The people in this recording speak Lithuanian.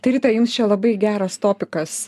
tai rita jums čia labai geras topikas